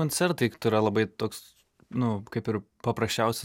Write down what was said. koncertai tai yra labai toks nu kaip ir paprasčiausias